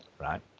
right